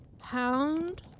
hound